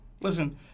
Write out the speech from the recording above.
Listen